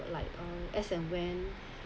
like uh as and when